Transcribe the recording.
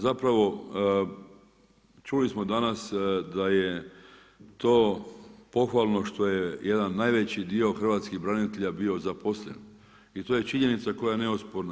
Zapravo čuli smo danas da je to pohvalno što je jedan najveći dio hrvatskih branitelja bio zaposlen i to je činjenica koja je neosporna.